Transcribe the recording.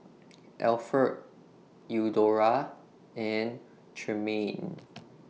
Alferd Eudora and Tremayne